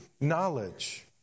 knowledge